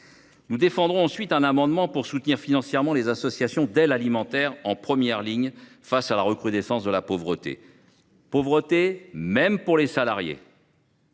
Nous défendrons ensuite un amendement pour soutenir financièrement les associations d’aide alimentaire, en première ligne face à la recrudescence de la pauvreté, qui touche même les salariés